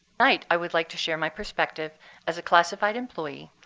tonight, i would like to share my perspective as a classified employee,